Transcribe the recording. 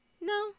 No